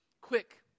quick